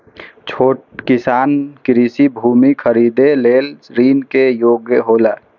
छोट किसान कृषि भूमि खरीदे लेल ऋण के योग्य हौला?